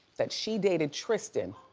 that she dated tristan